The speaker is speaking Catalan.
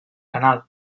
canal